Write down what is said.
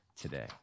today